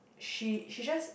she she just